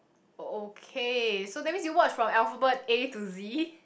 oh okay so that means you watch from alphabet A to Z